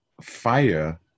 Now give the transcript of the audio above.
Fire